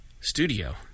studio